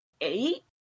eight